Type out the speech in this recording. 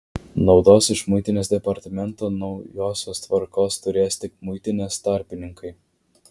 naudos iš muitinės departamento naujosios tvarkos turės tik muitinės tarpininkai